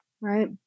right